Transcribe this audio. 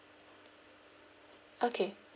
okay